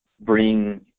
bring